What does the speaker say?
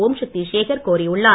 ஒம்சக்தி சேகர் கோரியுள்ளார்